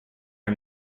her